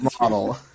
model